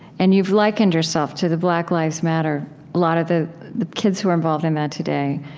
and you've likened yourself to the black lives matter a lot of the the kids who are involved in that today,